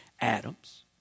Adam's